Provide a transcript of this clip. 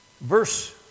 verse